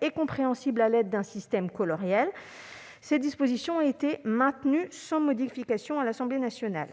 et compréhensible à l'aide d'un système d'information coloriel. Ces dispositions ont été maintenues sans modification à l'Assemblée nationale.